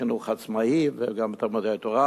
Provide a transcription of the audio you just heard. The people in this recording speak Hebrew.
החינוך העצמאי וגם בתלמודי-התורה,